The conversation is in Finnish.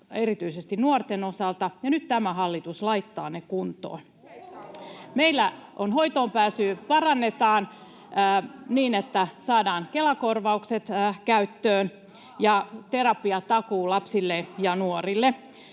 erityisesti nuorten osalta, ja nyt tämä hallitus laittaa ne kuntoon. Meillä hoitoonpääsyä parannetaan, niin että saadaan Kela-korvaukset käyttöön ja terapiatakuu lapsille ja nuorille.